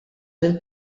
lill